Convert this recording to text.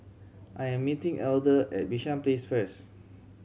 I'm meeting Elder at Bishan Place first